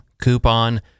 coupon